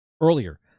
earlier